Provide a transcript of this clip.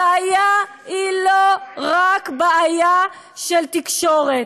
הבעיה היא לא רק בעיה של תקשורת.